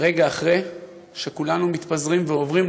רגע אחרי שכולנו מתפזרים ועוברים,